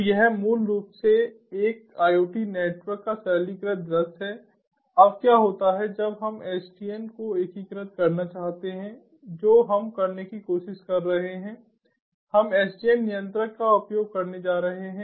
तो यह मूल रूप से एक IoT नेटवर्क का सरलीकृत दृश्य है अब क्या होता है जब हम SDN को एकीकृत करना चाहते हैं जो हम करने की कोशिश कर रहे हैं हम SDN नियंत्रक का उपयोग करने जा रहे हैं